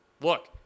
Look